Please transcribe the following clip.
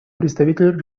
представитель